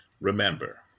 remember